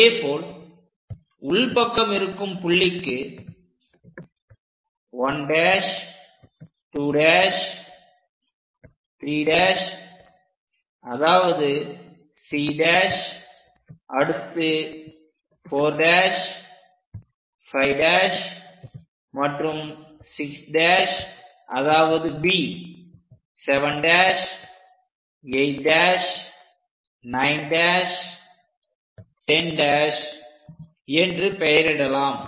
அதேபோல் உள்பக்கம் இருக்கும் புள்ளிக்கு 1' 2' 3' அதாவது c' அடுத்து 4' 5' மற்றும் 6' அதாவது B 7' 8' 9 10' என்று பெயரிடலாம்